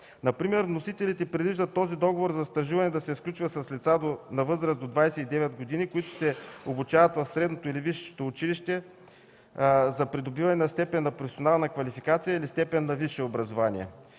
Например вносителите предвиждат този договор за стажуване да се сключва с лица на възраст до 29 години, които се обучават в средното или висшето училище за придобиване на степен на професионална квалификация или степен на висше образование,